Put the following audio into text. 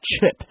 chip